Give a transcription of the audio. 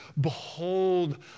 Behold